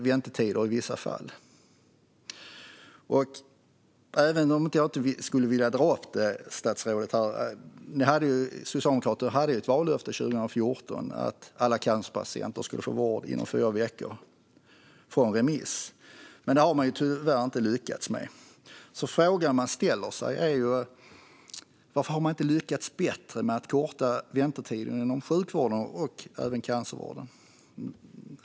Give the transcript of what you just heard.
Jag vill egentligen inte dra upp det, men Socialdemokraterna hade som vallöfte 2014 att alla cancerpatienter skulle få vård inom fyra veckor från remiss. Men detta har man tyvärr inte lyckats med. Frågan blir därför: Varför har regeringen inte lyckats bättre med att med att korta väntetiderna inom sjukvården inklusive cancervården?